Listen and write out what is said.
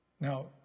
Now